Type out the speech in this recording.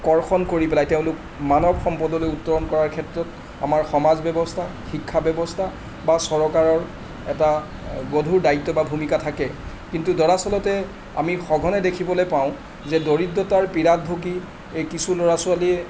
কৰ্ষণ কৰি পেলাই তেওঁলোক মানৱ সম্পদলৈ উত্তৰণ কৰাৰ ক্ষেত্ৰত আমাৰ সমাজ ব্যৱস্থা শিক্ষা ব্যৱস্থা বা চৰকাৰৰ এটা গধুৰ দায়িত্ব বা ভূমিকা থাকে কিন্তু দৰাচলতে আমি সঘনে দেখিবলৈ পাওঁ যে দৰিদ্ৰতাৰ পীড়াত ভুগি এই কিছু ল'ৰা ছোৱালীয়ে